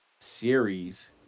series